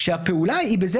שהפעולה היא בזה